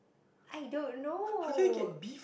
I don't know